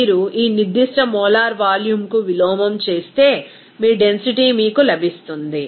మీరు ఈ నిర్దిష్ట మోలార్ వాల్యూమ్కు విలోమం చేస్తే మీ డెన్సిటీ మీకు లభిస్తుంది